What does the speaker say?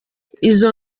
izo